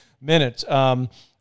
minutes